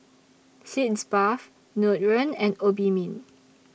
Sitz Bath Nutren and Obimin